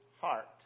heart